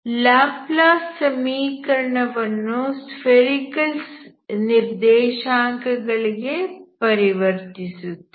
Laplace ಸಮೀಕರಣ ವನ್ನು spherical ನಿರ್ದೇಶಾಂಕಗಳಿಗೆ ಪರಿವರ್ತಿಸುತ್ತೀರಿ